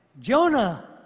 Jonah